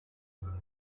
söhne